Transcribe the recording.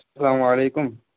اسلام وعلیکم